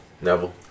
Neville